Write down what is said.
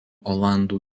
olandų